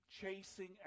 chasing